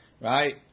right